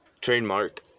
trademark